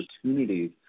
opportunities